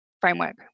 framework